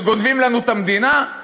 שגונבים לנו את המדינה?